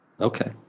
Okay